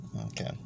Okay